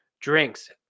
drinks